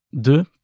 De